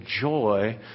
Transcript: joy